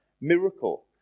miracle